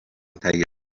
تهیه